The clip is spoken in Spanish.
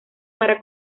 para